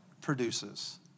produces